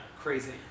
Crazy